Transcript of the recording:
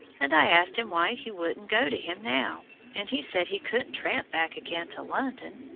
and i asked him why he wouldn't go to him now, and he said he couldn't tramp back again to london,